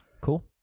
Cool